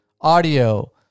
audio